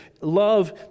love